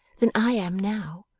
than i am now